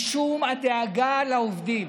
משום הדאגה לעובדים,